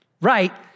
right